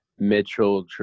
Mitchell